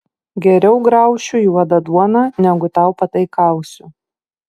geriau graušiu juodą duoną negu tau pataikausiu